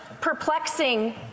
perplexing